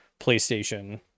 PlayStation